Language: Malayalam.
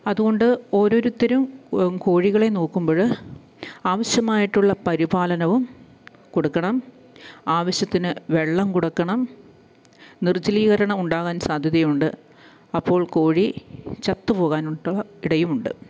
അതുകൊണ്ട് ഓരോരുത്തരും കോഴികളെ നോക്കുമ്പോള് ആവശ്യമായിട്ടുള്ള പരിപാലനവും കൊടുക്കണം ആവശ്യത്തിന് വെള്ളം കൊടുക്കണം നിർജ്ജലീകരണം ഉണ്ടാകാൻ സാധ്യതയുണ്ട് അപ്പോൾ കോഴി ചത്തുപോകാനുണ്ട ഇടയുമുണ്ട്